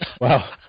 Wow